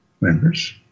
members